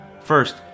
First